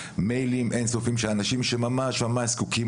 מיילים אינסופיים של אנשים שממש ממש זקוקים